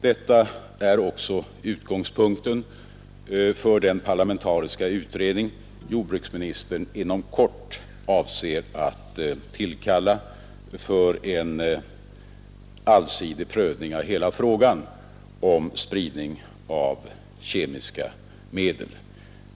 Detta är också utgångspunkten för den parlamentariska utredning som jordbruksministern avser att inom kort tillkalla för en allsidig prövning av hela frågan om spridning av kemiska medel.